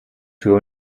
tür